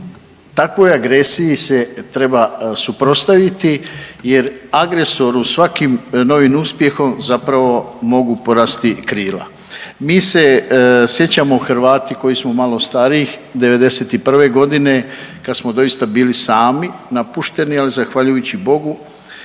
takvoj agresiji se treba suprotstaviti jer agresoru svakim novim uspjehom zapravo mogu porasti krila. Mi se sjećamo Hrvati koji smo malo stariji '91. godine kad smo doista bili sami, napušteni ali zahvaljujući bogu